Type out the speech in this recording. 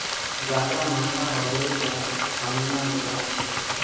ज्यादा महंगा होबे जाए हम ना लेला सकेबे?